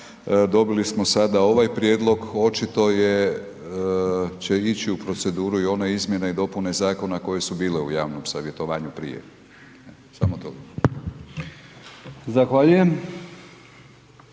dobili smo sada ovaj prijedlog. Očito će ići u procedure i one izmjene i dopune zakona koje su bile u javnom savjetovanju prije. Samo to. **Brkić,